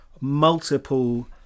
multiple